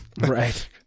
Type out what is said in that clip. Right